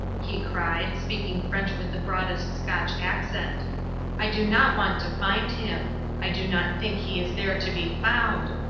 he cried, speaking french with the broadest scotch accent i do not want to find him i do not think he is there to be found.